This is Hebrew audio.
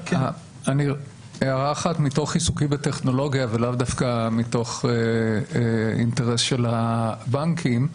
הערה מתוך עיסוקי בטכנולוגיה ולאו דווקא מתוך אינטרס של הבנקים.